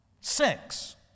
six